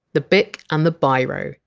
the bic and the biro.